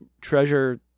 treasure